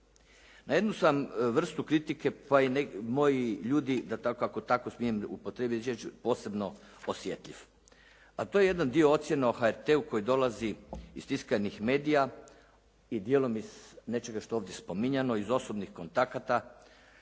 Na jednu sam vrstu kritike pa i moji ljudi ako tako smijem upotrijebiti riječ posebno osjetljiv, a to je jedan dio ocjene o HRT-u koji dolazi iz tiskanih medija i djelom iz nečega što je ovdje spominjano iz osobnih kontakata